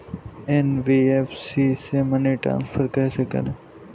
NBFC से money transfer कैसे करें?